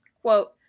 Quote